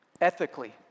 ethically